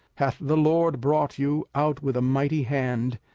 hath the lord brought you out with a mighty hand,